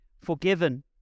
forgiven